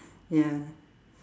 ya